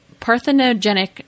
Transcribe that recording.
parthenogenic